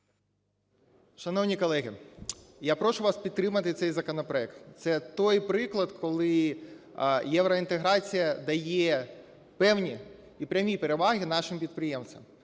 Шановні колеги, я прошу вас підтримати цей законопроект. Це той приклад, коли євроінтеграція дає певні і прямі переваги нашим підприємцям.